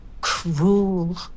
Cruel